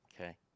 okay